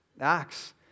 ACTS